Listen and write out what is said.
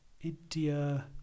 India